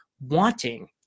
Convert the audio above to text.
wanting